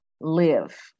live